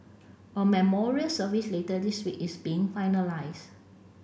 a memorial service later this week is being finalised